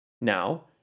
Now